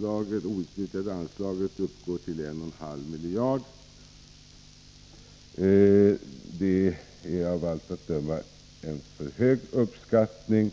outnyttjade anslag uppgår till 1,5 miljarder. Det torde vara en för hög uppskattning.